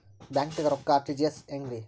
ಬ್ಯಾಂಕ್ದಾಗ ರೊಕ್ಕ ಆರ್.ಟಿ.ಜಿ.ಎಸ್ ಹೆಂಗ್ರಿ?